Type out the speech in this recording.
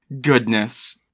Goodness